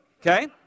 okay